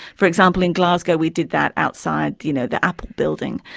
for example, in glasgow we did that outside you know the apple building.